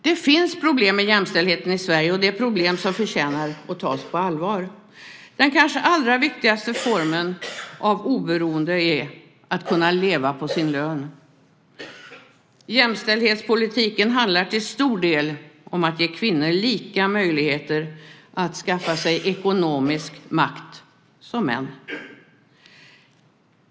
Det finns problem med jämställdheten i Sverige, och det är problem som förtjänar att tas på allvar. Den kanske allra viktigaste formen av oberoende är att kunna leva på sin lön. Jämställdhetspolitiken handlar till stor del om att ge kvinnor lika möjligheter som män att skaffa sig ekonomisk makt.